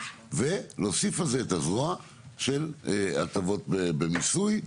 ולהוסיף על זה את הזרוע של הטבות במיסוי,